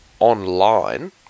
online